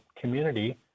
community